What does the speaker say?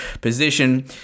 position